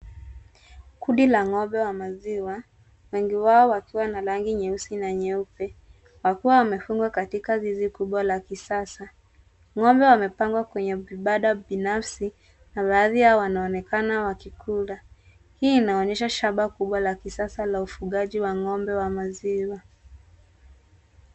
Kundi la ng'ombe wa maziwa, wengi wao wakiwa na rangi nyeusi na nyeupe, wakiwa wamefugwa katika zizi kubwa la kisasa. Ng'ombe wamepangwa kwenye vibanda binafsi, na baadhi yao wanaonekana wakikula. Hii inaonyesha shamba kubwa la kisasa la ufugaji wa ng'ombe wa maziwa.